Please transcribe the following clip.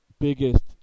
biggest